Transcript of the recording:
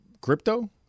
Crypto